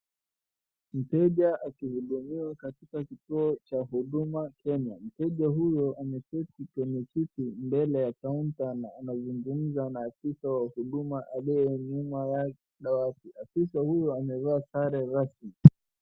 Mteja akihudumiwa katika kituo cha Huduma Kenya. Mteja huyo ameketi kwenye kiti mbele ya kaunta anazungumza na afisa wa huduma aliyenyuma ya dawati. Afisa huyu akiwa amevaa sare rasmi.